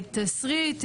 תשריט,